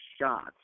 shots